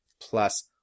plus